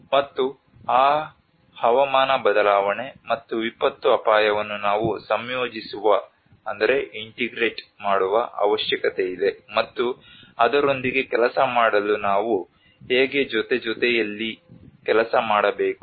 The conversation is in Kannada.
ಮತ್ತು ಆ ಹವಾಮಾನ ಬದಲಾವಣೆ ಮತ್ತು ವಿಪತ್ತು ಅಪಾಯವನ್ನು ನಾವು ಸಂಯೋಜಿಸುವ ಅವಶ್ಯಕತೆಯಿದೆ ಮತ್ತು ಅದರೊಂದಿಗೆ ಕೆಲಸ ಮಾಡಲು ನಾವು ಹೇಗೆ ಜೊತೆ ಜೊತೆಯಲಿ ಕೆಲಸ ಮಾಡಬೇಕು